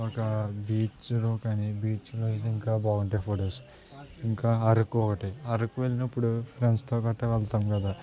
ఒక బీచ్లో కానీ బీచ్లో అయితే ఇంకా బాగుంటాయి ఫొటోస్ ఇంకా అరకు ఒకటి అరకు వెళ్ళినప్పుడు ఫ్రెండ్స్తో గట్ట వెళ్తాం కదా